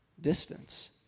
distance